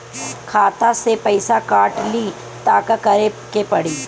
खाता से पैसा काट ली त का करे के पड़ी?